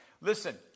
Listen